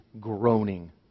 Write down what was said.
groaning